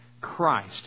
christ